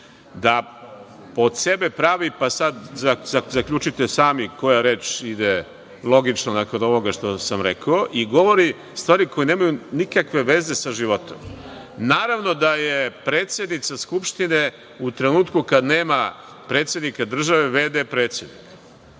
da od sebe pravi, pa sada zaključite sami koja reč ide logično nakon ovoga što sam rekao, i govori stvari koje nemaju nikakve veze sa životom. Naravno da je predsednica Skupštine u trenutku kada nema predsednika države v.d. predsednika.